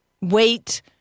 wait